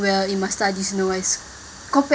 well in my studies you know as compared